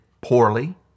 poorly